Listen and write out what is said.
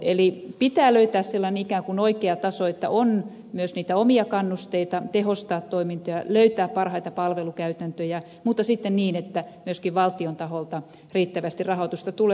eli pitää löytää sellainen ikään kuin oikea taso että on myös niitä omia kannusteita tehostaa toimintoja löytää parhaita palvelukäytäntöjä mutta sitten niin että myöskin valtion taholta riittävästi rahoitusta tulee